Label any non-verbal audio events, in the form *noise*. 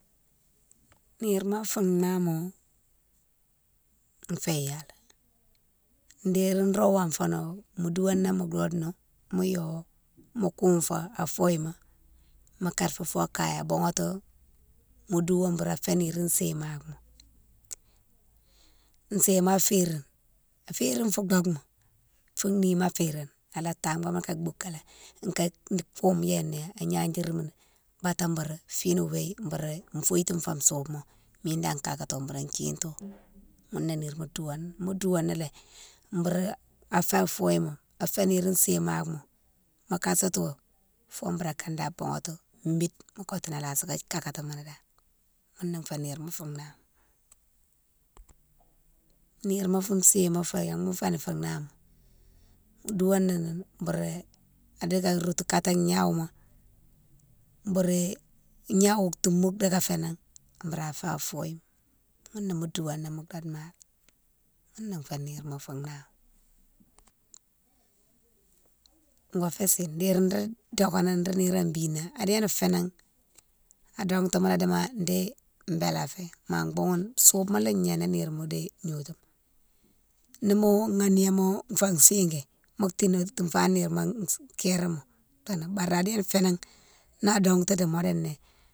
Nire ma fou nama fé yalé, dérine nro wonfono mo douwani mo dode na, mo yoh, mo koufo afoye ma mo kade fo fo akaye aboughati mo douyo bourou fé niri séhimake ma, séhima férine, a férine fou dokema, fou nima a férine alo tabomoni ka boukalé ka koume yané agnadiérimi bata boure fine wi bourou foitounfo soubma mine danne kakato bourou thiento *noise* ghounné nire ma douwani, mo douwani lé bourou afé a foye ma, afé niri séhimakema, mo kassato fo bourou akane dane boughati, mide mo kotou ala safou kakatimo dane ghounné fé nire ma fou nama. Niri ma fou séhima fé gnama féni fou nama douhaghi ni bourou adika rotou katé gnawouma bourou gnawou toumbou dika fénan boura fa foye ghounné mo doughani mo kade nani, ghounné fé nirema fou nama. Go fé séne, dérine nro dokénine nro nirone bina adéne fénan adontou mola dima di bélé fé ma boughounne soubma lé gnéné nirema di gnodiou di mo ghaniyama fa sigui mo tignétifane nirema kéréma fénan, bari a déne fénan na dongtou di modo né.